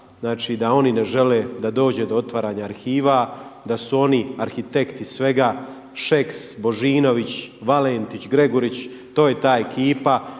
kaosa da oni ne žele da dođe do otvaranja arhiva, da su oni arhitekti svega Šeks, Božinović, Valentić, Gregurić to je ta ekipa